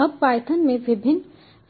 अब पायथन में विभिन्न